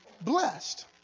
blessed